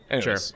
sure